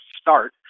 start